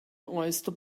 oyster